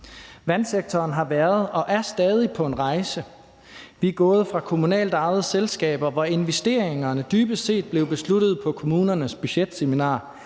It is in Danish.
Vandsektoren har været og er stadig på en rejse. Vi er gået fra kommunalt ejede selskaber, hvor investeringerne dybest set blev besluttet på kommunernes budgetseminar,